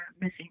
missing